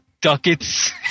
ducats